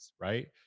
right